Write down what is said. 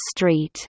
Street